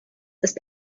ist